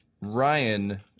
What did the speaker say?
Ryan